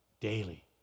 daily